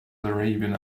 arabian